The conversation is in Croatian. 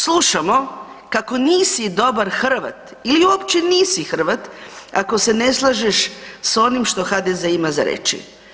Slušamo kako nisi dobar Hrvat ili uopće nisi Hrvat ako se ne slažeš s onim što HDZ ima za reći.